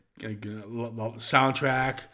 Soundtrack